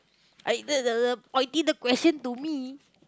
I pointing the question to me